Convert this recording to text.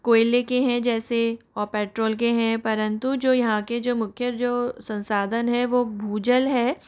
कोयले के हैं जैसे और पेट्रोल के हैं परंतु जो यहाँ के जो मुख्य जो संसाधन है वो भूजल है